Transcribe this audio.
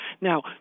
Now